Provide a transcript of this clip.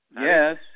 Yes